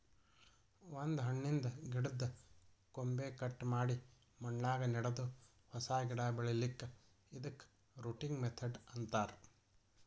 ಒಂದ್ ಹಣ್ಣಿನ್ದ್ ಗಿಡದ್ದ್ ಕೊಂಬೆ ಕಟ್ ಮಾಡಿ ಮಣ್ಣಾಗ ನೆಡದು ಹೊಸ ಗಿಡ ಬೆಳಿಲಿಕ್ಕ್ ಇದಕ್ಕ್ ರೂಟಿಂಗ್ ಮೆಥಡ್ ಅಂತಾರ್